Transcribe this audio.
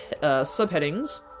subheadings